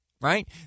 Right